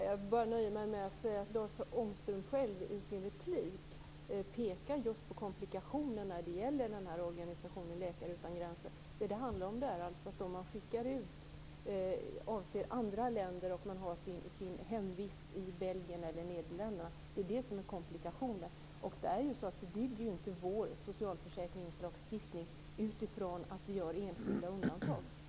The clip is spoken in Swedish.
Fru talman! Jag nöjer mig bara med att säga att Lars Ångström själv i sin replik pekar just på komplikationen när det gäller organisationen Läkare utan gränser. Det handlar alltså om att dem som man skickar ut avser andra länder. Man har sitt hemvist i Belgien eller Nederländerna. Det är det som är komplikationen. Vi bygger ju inte vår socialförsäkringslagstiftning utifrån enskilda undantag.